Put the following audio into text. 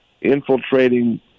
Infiltrating